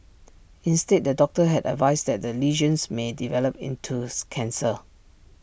instead the doctor had advised that the lesions may develop into cancer